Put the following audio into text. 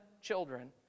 children